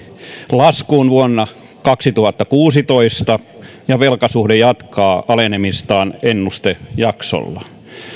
laskuun vuonna kaksituhattakuusitoista ja velkasuhde jatkaa alenemistaan ennustejaksolla